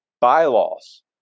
bylaws